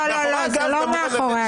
לא, לא, זה לא מאחורי הגב.